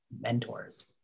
mentors